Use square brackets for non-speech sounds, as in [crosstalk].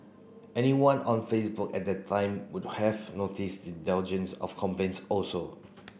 anyone on Facebook at that time would have noticed the [unintelligible] of complaints also